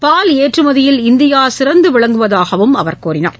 பால் ஏற்றுமதியில் இந்தியா சிறந்து விளங்குவதாகவும் அவர் குறிப்பிட்டார்